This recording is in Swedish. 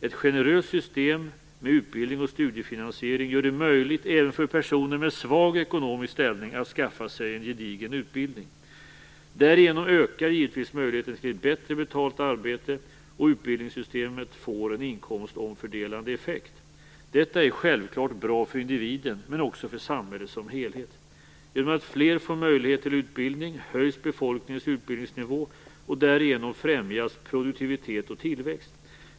Ett generöst system med utbildning och studiefinansiering gör det möjligt även för personer med svag ekonomisk ställning att skaffa sig en gedigen utbildning. Därigenom ökar givetvis möjligheten till ett bättre betalt arbete, och utbildningssystemet får en inkomstomfördelande effekt. Detta är självfallet bra för individen, men också för samhället som helhet. Genom att fler får möjlighet till utbildning höjs befolkningens utbildningsnivå, och därigenom främjas produktivitet och tillväxt.